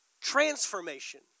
transformation